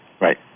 Right